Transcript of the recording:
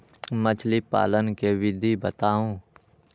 मछली पालन के विधि बताऊँ?